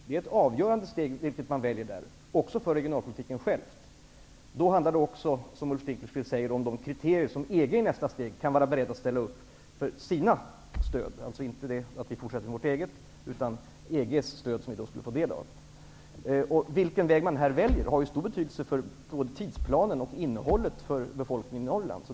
Det är ett avgörande steg vilket man väljer, också för regionalpolitiken självt. Då handlar det också, som Ulf Dinkelspiel säger, om de kriterier EG i nästa steg kan vara beredd att ställa upp för sina stöd. Vi skulle då inte fortsätta med vårt eget, utan få del av EG:s stöd. Vilken väg man här väljer har stor betydelse för både tidsplanen och innehållet för befolkningen i Norrland.